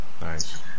nice